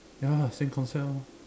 ya same concept orh